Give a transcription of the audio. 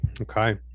Okay